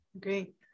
great